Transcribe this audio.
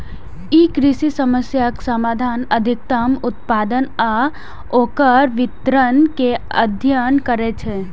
ई कृषि समस्याक समाधान, अधिकतम उत्पादन आ ओकर वितरण के अध्ययन करै छै